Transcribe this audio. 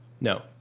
No